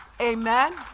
Amen